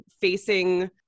facing